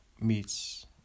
meets